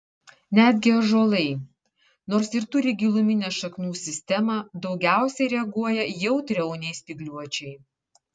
netgi ąžuolai nors ir turi giluminę šaknų sistemą daugiausiai reaguoja jautriau nei spygliuočiai